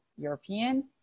european